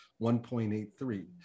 1.83